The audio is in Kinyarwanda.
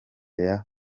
yavuze